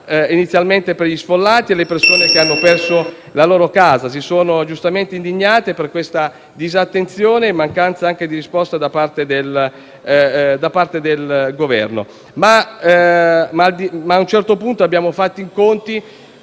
inizialmente per gli sfollati e le persone che hanno perso la casa, che si sono giustamente indignate per una tale disattenzione e mancanza di risposta da parte del Governo. A un certo punto abbiamo fatto i conti